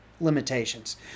limitations